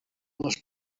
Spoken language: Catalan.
les